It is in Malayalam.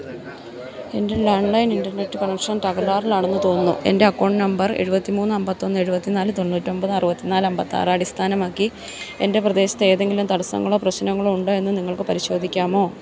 എൻ്റെ ലാൻലൈൻ ഇൻറ്റർനെറ്റ് കണക്ഷൻ തകരാറിലാണെന്ന് തോന്നുന്നു എൻ്റെ അക്കൌണ്ട് നമ്പർ എഴുപത്തിമൂന്ന് അമ്പത്തൊന്ന് എഴുപത്തിനാല് തൊണ്ണൂറ്റൊമ്പത് അറുപത്തിനാല് അമ്പത്താറ് അടിസ്ഥാനമാക്കി എൻ്റെ പ്രദേശത്തെ എതെങ്കിലും തടസ്സങ്ങളോ പ്രശ്നങ്ങളോ ഉണ്ടോ എന്ന് നിങ്ങൾക്ക് പരിശോധിക്കാമോ